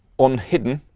on hidden,